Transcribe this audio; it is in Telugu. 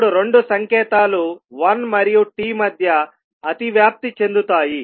ఇప్పుడు రెండు సంకేతాలు 1 మరియు t మధ్య అతివ్యాప్తి చెందుతాయి